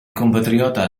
compatriota